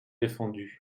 défendus